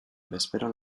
bezperan